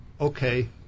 Okay